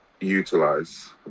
utilize